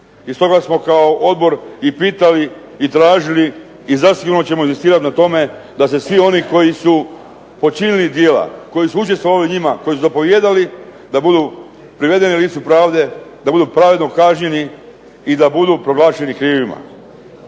I stoga smo kao odbor i pitali i tražili i zasigurno ćemo inzistirati na tome da se svi oni koji su počinili djela, koji su učestvovali u njima, koji su zapovijedali da budu privedeni licu pravde, da budu pravedno kažnjeni i da budu proglašeni krivima.